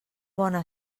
bona